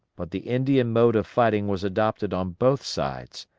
but the indian mode of fighting was adopted on both sides,